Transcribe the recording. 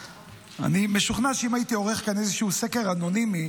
אני משוכנע שאם הייתי עורך כאן איזשהו סקר אנונימי